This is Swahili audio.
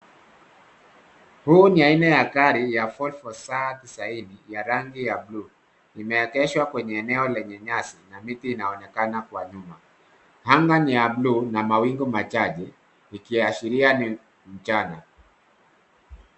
Huu ni aina ya gari ya ford volkswagen ya rangi ya buluu. Limeegeshwa kwenye eneo lenye nyasi na miti inaonekana kwa nyuma . Anga ni ya buluu na mawingu machache ikiashiria ni mchana.